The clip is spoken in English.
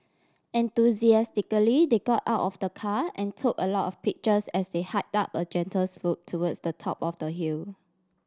enthusiastically they got out of the car and took a lot of pictures as they hiked up a gentle slope towards the top of the hill